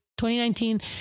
2019